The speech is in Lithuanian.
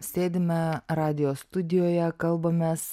sėdime radijo studijoje kalbamės